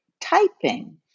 typing